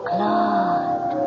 Claude